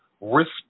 risk